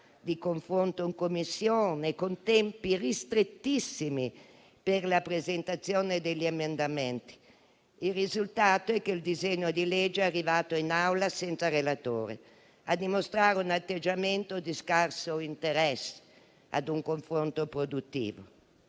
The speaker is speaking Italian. di confronto in Commissione, con tempi ristrettissimi per la presentazione degli emendamenti. Il risultato è che il disegno di legge è arrivato in Aula senza relatore, a dimostrare un atteggiamento di scarso interesse a un confronto produttivo.